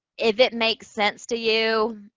if it makes sense to you,